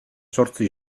zortzi